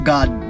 God